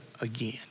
again